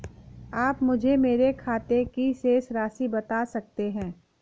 आप मुझे मेरे खाते की शेष राशि बता सकते हैं?